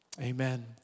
Amen